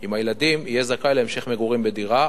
שנשאר עם הילדים יהיה זכאי להמשך מגורים בדירה,